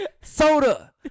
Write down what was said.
Soda